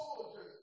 soldiers